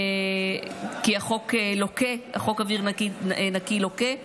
כי חוק אוויר נקי לוקה,